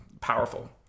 powerful